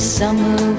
summer